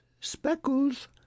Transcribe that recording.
speckles